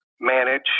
manage